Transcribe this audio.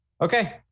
okay